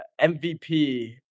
MVP